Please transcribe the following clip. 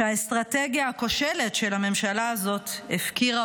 שהאסטרטגיה הכושלת של הממשלה הזאת הפקירה